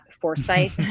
foresight